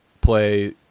play